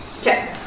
Okay